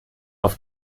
auf